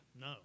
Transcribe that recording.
No